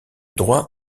droit